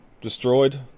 destroyed